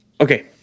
Okay